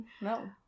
no